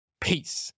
peace